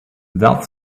without